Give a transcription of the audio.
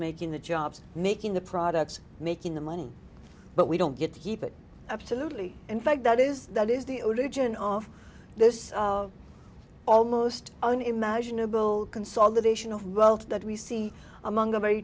making the jobs making the products making the money but we don't get to keep it absolutely in fact that is that is the old age and of this almost unimaginable consolidation of wealth that we see among a very